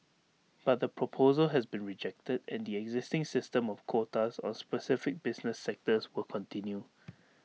but the proposal has been rejected and the existing system of quotas on specific business sectors will continue